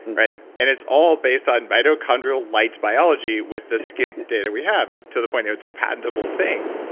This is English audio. but and it's all based on mitochondrial light biology with the skimp data we have, to the point where it's a patentable thing.